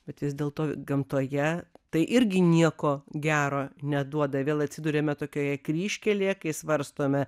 bet vis dėlto gamtoje tai irgi nieko gero neduoda vėl atsiduriame tokioje kryžkelėje kai svarstome